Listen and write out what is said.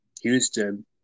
Houston